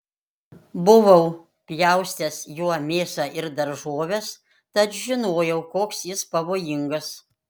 buvau pjaustęs juo mėsą ir daržoves tad žinojau koks jis pavojingas